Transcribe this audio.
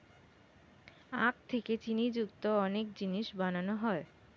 আখ থেকে চিনি যুক্ত অনেক জিনিস বানানো হয়